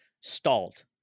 stalled